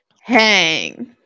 Hang